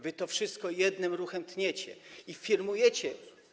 Wy to wszystko jednym ruchem tniecie i firmujecie.